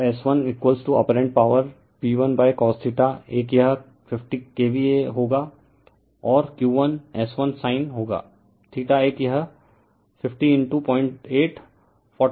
तो S1 apparent power P1cos एक यह 50 KVA होगा और Q1 S1 sin होगा एक यह 5008 40kVAr होगा